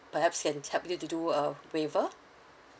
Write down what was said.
perhaps can help you to do a waiver